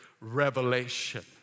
revelation